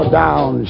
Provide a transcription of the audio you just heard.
down